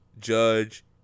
Judge